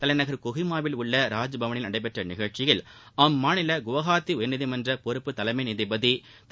தலைநகர் கொஹிமாவில் உள்ள ராஜ்பவனில் நடைபெற்ற நிகழ்ச்சியில் அம்மாநில குவஹாத்தி உயர்நீதிமன்ற பொறுப்பு தலைமை நீதிபதி திரு